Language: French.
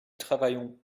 travaillons